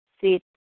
sit